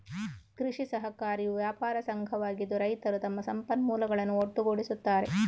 ಕೃಷಿ ಸಹಕಾರಿಯು ವ್ಯಾಪಾರ ಸಂಘವಾಗಿದ್ದು, ರೈತರು ತಮ್ಮ ಸಂಪನ್ಮೂಲಗಳನ್ನು ಒಟ್ಟುಗೂಡಿಸುತ್ತಾರೆ